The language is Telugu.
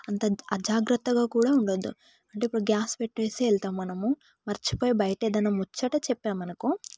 అంత అజాగ్రత్తగా కూడా ఉండద్దు అంటే ఇప్పుడు గ్యాస్ పెట్టి వెళ్తాము మనము మరిచిపోయి బయట ఏదైనా ముచ్చట చెప్పామనుకో